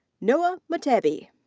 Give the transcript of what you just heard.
noah mutebi.